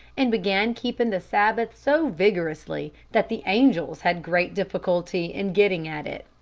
and began keeping the sabbath so vigorously that the angels had great difficulty in getting at it.